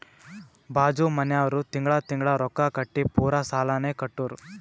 ಬಾಜು ಮನ್ಯಾವ್ರು ತಿಂಗಳಾ ತಿಂಗಳಾ ರೊಕ್ಕಾ ಕಟ್ಟಿ ಪೂರಾ ಸಾಲಾನೇ ಕಟ್ಟುರ್